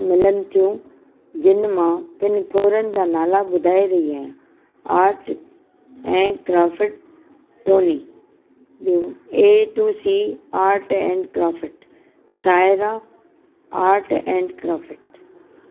मिलनि थियूं जिन मां किन थोरनि जा नाला ॿुधाए रही आहियां आर्ट ऐं क्राफट टोनी ॿियूं A to C art and craft Saira art and craft